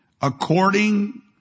according